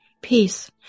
Peace